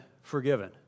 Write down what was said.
forgiven